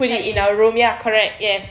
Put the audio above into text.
put it in our room ya correct yes